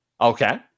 Okay